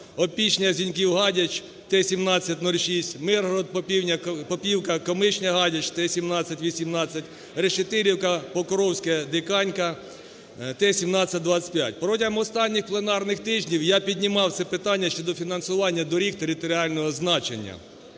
Опішня-Зіньків-Гадяч (Т-17-06), Миргород-Попівка-Комишня-Гадяч (Т-17-18), Решетилівка-Покровське-Диканька (Т-17-25). Протягом останніх пленарних тижнів я піднімав це питання щодо фінансування доріг територіального значення